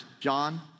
John